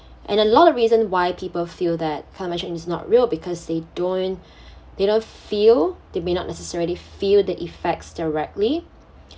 and a lot of reason why people feel that climate change is not real because they don't they don't feel they may not necessarily feel the effects directly